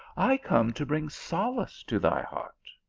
i come to bring solace to thy heart.